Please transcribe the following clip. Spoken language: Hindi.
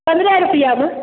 पन्द्रह रुपया में